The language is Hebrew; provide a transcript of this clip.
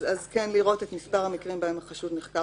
אז לראות את מספר המקרים שבהם החשוד נחקר